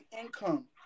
income